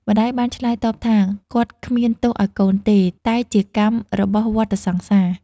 ម្តាយបានឆ្លើយតបថា គាត់គ្មានទោសឱ្យកូនទេ តែជាកម្មរបស់វដ្តសង្សារ។